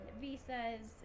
visas